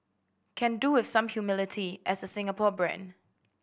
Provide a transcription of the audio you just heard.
can do with some humility as a Singapore brand